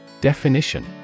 Definition